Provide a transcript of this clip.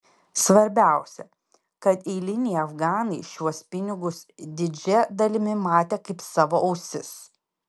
svarbiausia kad eiliniai afganai šiuos pinigus didžia dalimi matė kaip savo ausis